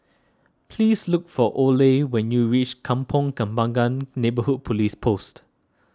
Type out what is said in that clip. please look for Oley when you reach Kampong Kembangan Neighbourhood Police Post